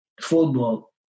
football